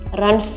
run